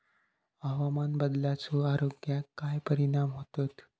हवामान बदलाचो आरोग्याक काय परिणाम होतत?